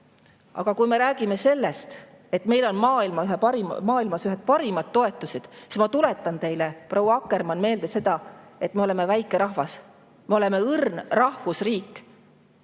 Kui me räägime sellest, et meil on maailmas ühed parimad toetused, siis ma tuletan teile, proua Akkermann, meelde seda, et me oleme väike rahvas. Me oleme õrn rahvusriik.